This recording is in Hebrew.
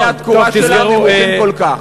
שאחוזי התקורה שלה נמוכים כל כך.